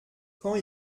quand